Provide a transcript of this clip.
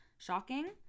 shocking